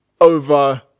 over